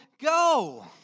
go